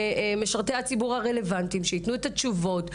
את משרתי הציבור הרלוונטיים שייתנו תשובות,